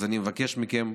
אז אני מבקש מכם,